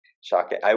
Shocking